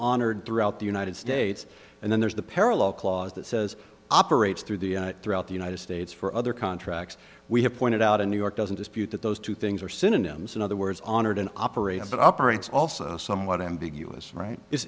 honored throughout the united states and then there's the parallel clause that says operates through the throughout the united states for other contracts we have pointed out in new york doesn't dispute that those two things are synonyms in other words honored and operated but operates also somewhat ambiguous right i